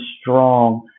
strong